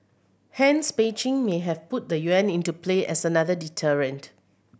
hence Beijing may have put the yuan into play as another deterrent